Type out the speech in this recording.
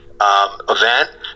event